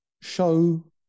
show